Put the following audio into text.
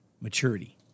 maturity